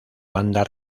banda